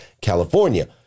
California